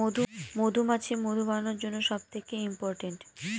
মধুমাছি মধু বানানোর জন্য সব থেকে ইম্পোরট্যান্ট